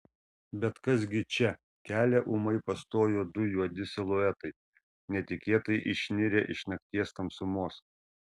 bet kas gi čia kelią ūmai pastojo du juodi siluetai netikėtai išnirę iš nakties tamsumos